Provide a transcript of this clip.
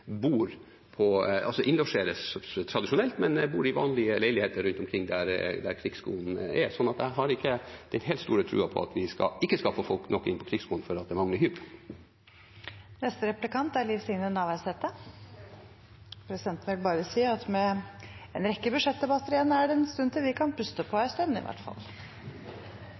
innlosjeres tradisjonelt, men bor i vanlige leiligheter rundt omkring der Krigsskolen er, så jeg har ikke den helt store troen på at vi ikke skal få folk nok inn på Krigsskolen fordi det mangler hus. Presidenten vil bare si at med en rekke budsjettdebatter igjen er det en stund til vi kan «puste på ei stund», i hvert fall.